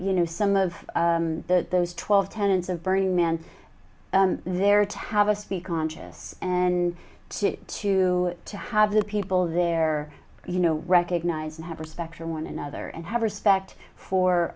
you know some of those twelve tenants of burning man they're tavist be conscious and to to to have the people there you know recognize and have respect for one another and have respect